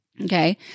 Okay